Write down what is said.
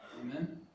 Amen